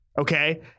okay